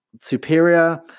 superior